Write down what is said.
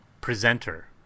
presenter